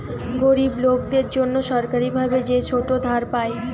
গরিব লোকদের জন্যে সরকারি ভাবে যে ছোট ধার পায়